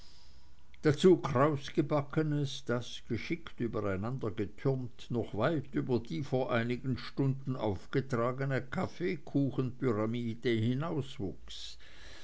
dazu krausgebackenes das geschickt übereinandergetürmt noch weit über die vor einigen stunden aufgetragene kaffeekuchenpyramide